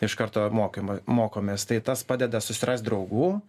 iš karto mokymo mokomės tai tas padeda susirast draugų